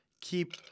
keep